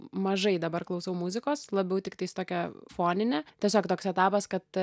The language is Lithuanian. mažai dabar klausau muzikos labiau tiktais tokią foninę tiesiog toks etapas kad